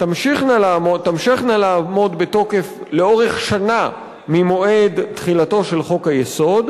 תמשכנה לעמוד בתוקף לאורך שנה ממועד תחילתו של חוק-היסוד,